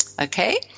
okay